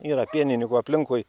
yra pienininkų aplinkui